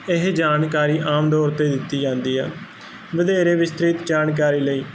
ਇਹ ਜਾਣਕਾਰੀ ਆਮ ਦੌਰ ਤੇ ਦਿੱਤੀ ਜਾਂਦੀ ਆ ਵਧੇਰੇ ਵਿਸਤ੍ਰਿਤ ਜਾਣਕਾਰੀ ਲਈ